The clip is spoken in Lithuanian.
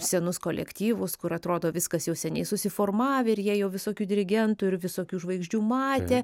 senus kolektyvus kur atrodo viskas jau seniai susiformavę ir jie jau visokių dirigentų ir visokių žvaigždžių matė